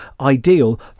ideal